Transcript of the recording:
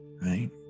right